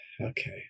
Okay